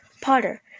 Potter